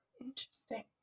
Interesting